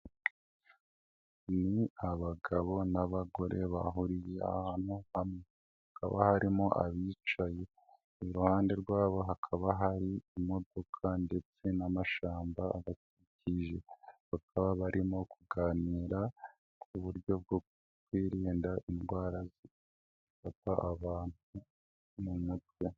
Ni abagabo n'abagore bahuriye ahantu hamwe, hakaba harimo abicaye iruhande rwabo hakaba hari imodoka ndetse n'amashamba abakikije, bakaba barimo kuganira ku buryo bwo kwirinda indwara zifata abantu mu mutwe.